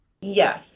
Yes